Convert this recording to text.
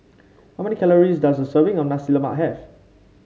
how many calories does a serving of Nasi Lemak have